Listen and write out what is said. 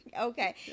Okay